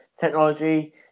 technology